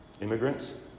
Immigrants